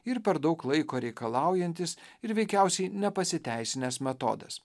ir per daug laiko reikalaujantis ir veikiausiai nepasiteisinęs metodas